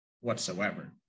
whatsoever